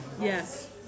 Yes